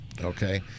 okay